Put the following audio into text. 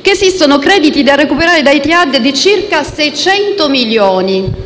che esistono crediti da recuperare da Etihad pari a circa 600 milioni